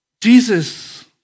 Jesus